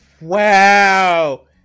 wow